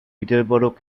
peterborough